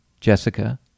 Jessica